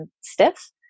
stiff